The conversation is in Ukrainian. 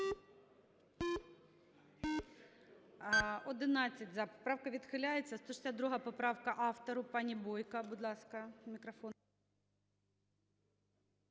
За-11 Поправка відхиляється. 162 поправка. Автору, пані Бойко, будь ласка, мікрофон.